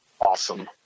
Awesome